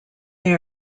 they